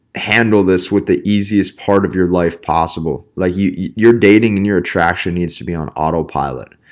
handle this with the easiest part of your life possible, like your dating and your attraction needs to be on autopilot.